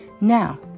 Now